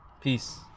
Peace